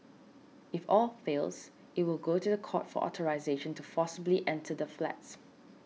if all fails it will go to the court for authorisation to forcibly enter the flats